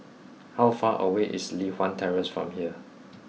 how far away is Li Hwan Terrace from here